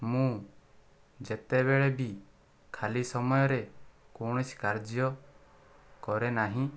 ମୁଁ ଯେତେବେଳେ ବି ଖାଲି ସମୟରେ କୌଣସି କାର୍ଯ୍ୟ କରେ ନାହିଁ